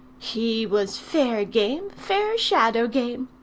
he was fair game fair shadow game.